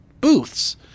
booths